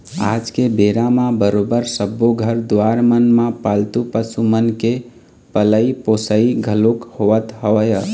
आज के बेरा म बरोबर सब्बो घर दुवार मन म पालतू पशु मन के पलई पोसई घलोक होवत हवय